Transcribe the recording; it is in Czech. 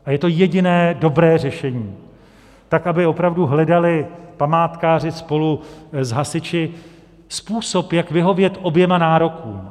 A je to jediné dobré řešení, tak, aby opravdu hledali památkáři spolu s hasiči způsob, jak vyhovět oběma nárokům.